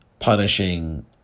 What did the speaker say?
punishing